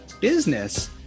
business